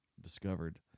discovered